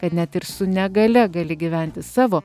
kad net ir su negalia gali gyventi savo